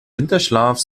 winterschlaf